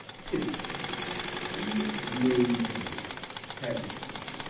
pimp see mainzer hand cheese.